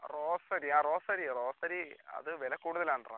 rosary ആ റോസരിയൊ rosary അത് വില കൂടുതൽ ആണ് എടാ